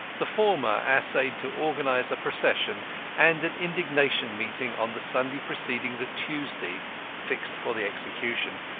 the former essayed to organise a procession and an indignation meeting on the sunday preceding the tuesday fixed for the execution,